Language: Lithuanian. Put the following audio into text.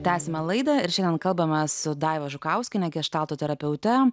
tęsiame laidą ir šiandien kalbamės su daiva žukauskienė geštalto terapeute